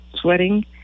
sweating